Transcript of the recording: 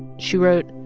she wrote,